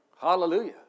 Hallelujah